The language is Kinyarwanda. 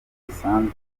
bisanzwe